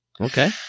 Okay